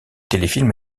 téléfilm